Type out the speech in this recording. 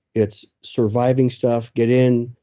it's surviving stuff. get in,